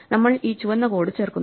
നമ്മൾ ഈ ചുവന്ന കോഡ് ചേർക്കുന്നു